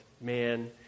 Man